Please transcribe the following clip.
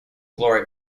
glory